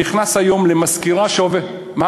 נכנס היום למזכירה שעובדת, זה כנראה באלפים.